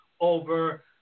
over